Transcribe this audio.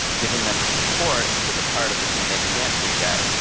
giving them the support for the part of the thing they can't do yet,